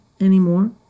anymore